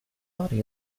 body